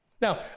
Now